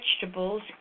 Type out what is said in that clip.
vegetables